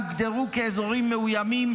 יוגדרו כאזורים מאוימים,